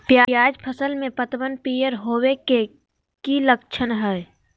प्याज फसल में पतबन पियर होवे के की लक्षण हय?